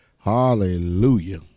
Hallelujah